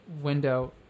window